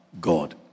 God